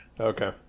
okay